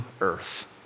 earth